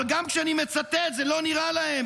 אבל גם כשאני מצטט זה לא נראה להם,